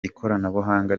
ikoranabuhanga